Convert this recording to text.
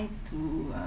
to